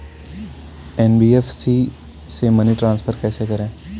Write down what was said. NBFC से money transfer कैसे करें?